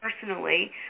personally